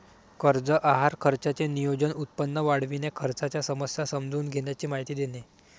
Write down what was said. कर्ज आहार खर्चाचे नियोजन, उत्पन्न वाढविणे, खर्चाच्या समस्या समजून घेण्याची माहिती देणे